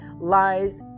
lies